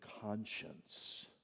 conscience